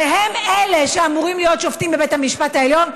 והם אלה שאמורים להיות שופטים בבית משפט העליון,